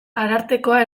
arartekoa